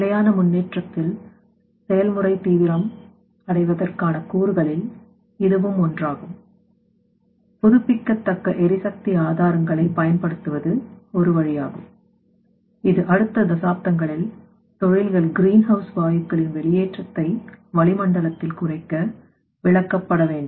நிலையான முன்னேற்றத்தில் செயல்முறை தீவிரம் அடைவதற்கான கூறுகளில் இதுவும் ஒன்றாகும் புதுப்பிக்கத்தக்க எரிசக்தி ஆதாரங்களை பயன்படுத்துவது ஒரு வழியாகும் இது அடுத்த தசாப்தங்களில் தொழில்கள் கிரீன் ஹவுஸ் வாயுக்களின் வெளியேற்றத்தை வளிமண்டலத்தில் குறைக்க விளக்கப்பட வேண்டும்